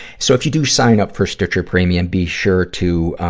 so, if you do sign up for stitcher premium, be sure to, ah,